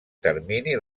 termini